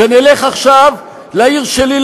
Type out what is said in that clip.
שנלך עכשיו לעיר שלי,